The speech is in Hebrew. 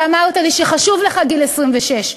שאמרת לי שחשוב לך גיל 26,